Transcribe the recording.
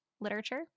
literature